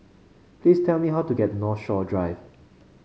please tell me how to get to Northshore Drive